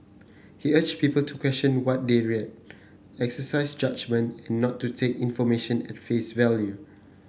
he urged people to question what they read exercise judgement and not to take information at face value